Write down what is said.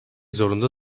zorunda